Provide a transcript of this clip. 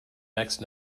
next